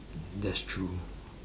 that's true